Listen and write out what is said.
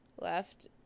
Left